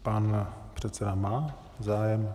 Pan předseda má zájem?